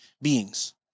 beings